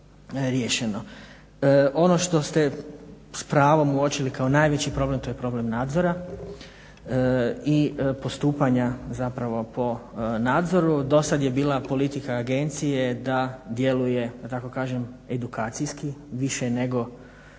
Ono što ste s pravom uočili kao najveći problem, to je problem nadzora i postupanja zapravo po nadzoru. Do sad je bila politika agencije da djeluje, da tako kažem edukacijski, više nego